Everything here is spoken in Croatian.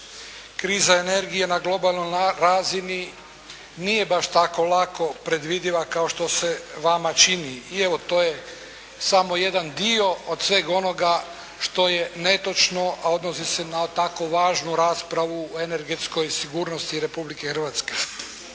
Kriza energije na globalnoj razini nije baš tako lako predvidiva kao što se vama čini i evo to je samo jedan dio od svega onoga što je netočno, a odnosi se na tako važnu raspravu o energetskoj sigurnosti Republike Hrvatske.